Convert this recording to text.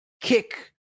kick